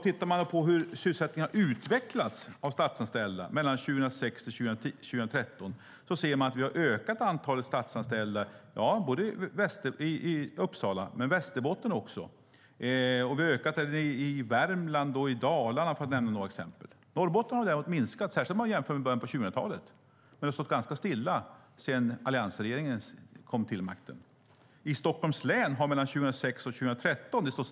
Tittar man på hur sysselsättningen i form av statsanställda har utvecklats mellan 2006 och 2013 ser man att vi har ökat antalet statsanställda inte bara i Uppsala utan även i Västerbotten. Vi har ökat den också i Värmland och Dalarna, för att nämna några exempel. I Norrbotten har den däremot minskat, särskilt om man jämför med början av 2000-talet, men den har stått ganska stilla sedan alliansregeringen kom till makten. I Stockholms län har det stått stilla mellan 2006 och 2013.